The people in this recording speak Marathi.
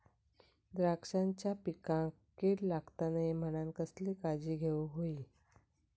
द्राक्षांच्या पिकांक कीड लागता नये म्हणान कसली काळजी घेऊक होई?